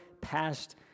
passed